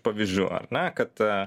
pavyzdžių ar ne kad a